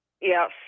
Yes